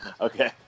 okay